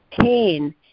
pain